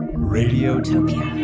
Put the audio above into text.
radiotopia,